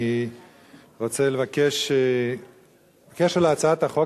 אני רוצה לבקש בקשר להצעת החוק.